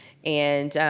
and